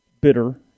bitter